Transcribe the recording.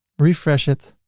refresh it.